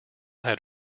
had